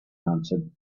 answered